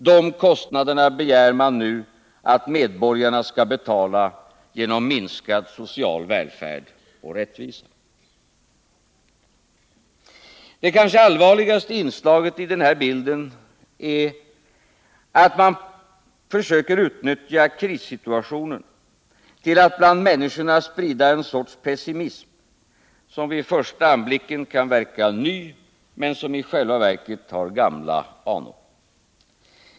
Dessa kostnader begär man nu att medborgarna skall betala genom minskad social välfärd och rättvisa. Det kanske allvarligaste inslaget i den här bilden är att man försöker utnyttja krissituationen till att bland människorna sprida en sorts pessimism, som vid första anblicken kan verka ny men som i själva verket har gamla anor.